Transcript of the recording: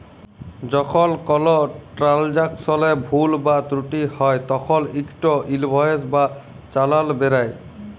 যখল কল ট্রালযাকশলে ভুল বা ত্রুটি হ্যয় তখল ইকট ইলভয়েস বা চালাল বেরাই